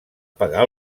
pagar